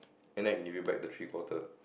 and then give it back the three quarter